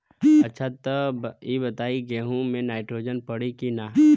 अच्छा त ई बताईं गेहूँ मे नाइट्रोजन पड़ी कि ना?